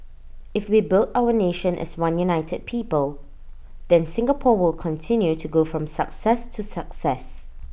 if we build our nation as one united people then Singapore will continue to go from success to success